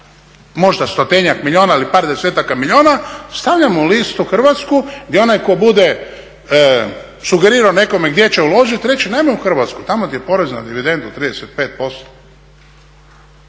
možda 100-tinjak milijuna ili par desetaka milijuna stavljamo listu hrvatsku gdje onaj tko bude sugerirao gdje će uložit reći nemoj u Hrvatsku, tamo ti je porez na dividendu 35%.